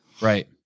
Right